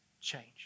change